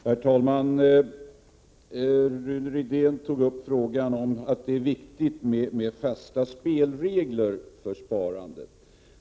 Herr talman! Rune Rydén sade att det är viktigt med fasta spelregler för sparandet.